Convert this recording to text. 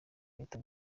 leta